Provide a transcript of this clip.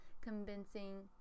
convincing